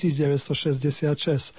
1966